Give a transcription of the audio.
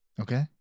okay